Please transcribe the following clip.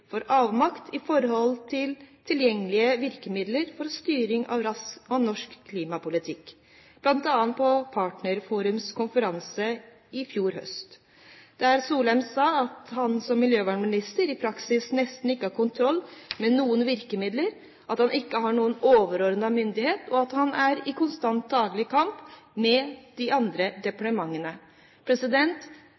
for avmakt i forhold til tilgjengelige virkemidler for styring av norsk klimapolitikk, bl.a. på Partnerforums konferanse i fjor høst, der Solheim sa at han som miljøvernminister i praksis nesten ikke har kontroll med noen virkemidler, at han ikke har noen overordnet myndighet, og at han er i konstant daglig kamp med de andre